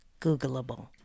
googleable